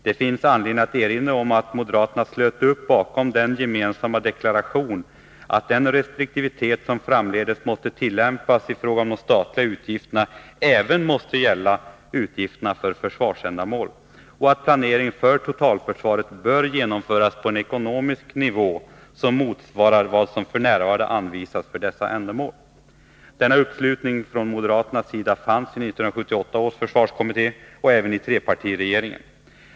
Det finns anledning att erinra om att moderaterna slöt upp bakom den gemensamma deklarationen att den restriktivitet som framdeles måste tillämpas i fråga om de statliga utgifterna även måste gälla utgifterna för försvarsändamål och att en planering för totalförsvaret bör genomföras på en ekonomisk nivå som motsvarar vad som f.n. anvisas för dessa ändamål. Denna uppslutning från moderaternas sida fanns i 1978 års försvarskommitté och även i trepartiregeringen.